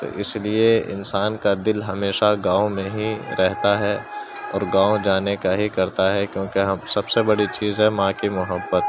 تو اس لیے انسان کا دل ہمیشہ گاؤں میں ہی رہتا ہے اور گاؤں جانے کا ہی کرتا ہے کیونکہ ہم سب سے بڑی چیز ہے ماں کی محبت